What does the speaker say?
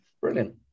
brilliant